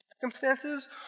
circumstances